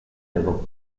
avant